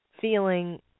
feeling